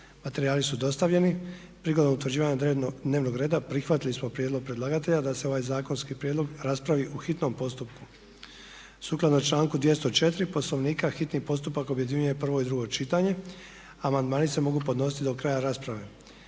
ste primili u pretince. Prigodom utvrđivanja dnevnog reda prihvatili smo prijedlog predlagatelja da se ovaj zakonski prijedlog raspravi u hitnom postupku. Sukladno članku 204. Poslovnika hitni postupak objedinjuje prvo i drugo čitanje a amandmani se mogu podnositi do kraja rasprave